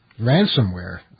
ransomware